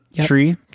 tree